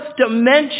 dimension